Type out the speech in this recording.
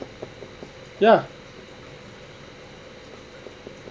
ya